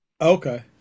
Okay